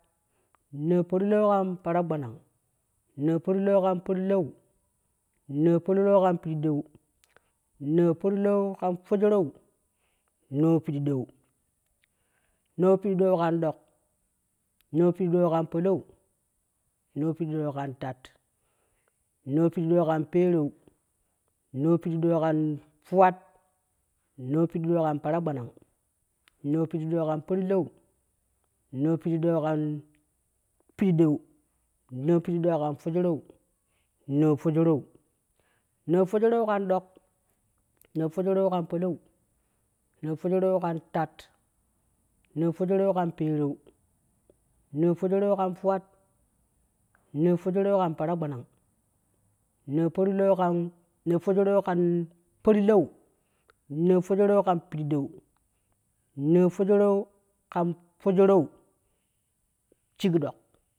Nau parlaw kan paragwana, nau parlow kan parlow, nau parlow kan peɗweu, nau parlow kan fyerew nan peɗweu, nan pedweu kan ɗok, nan peɗwen kan palow, na peɗwe kan tat, nan paɗwen kan perew nan peɗwen kan fuwat, nan peɗwa kan paragwana, nan peɗwe kan parlow nan peɗwen kan peɗwen, nan peɗwen kan fejirew, nan fejirew, nan feji rew kan dok, nan fejeren kan poalow, nan fejerew ilan tat nan fejerew kan perew, nan fejerew kan fuwet, nan fyerew kan paragwan, nan fanɗow kan, nau feyerew kan parlow, nau fejerew kan peɗwen, nan, fijerew kan fejerew, shek dok.